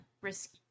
risk